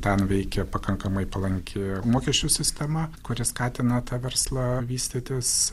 ten veikia pakankamai palanki mokesčių sistema kuri skatina tą verslą vystytis